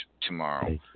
tomorrow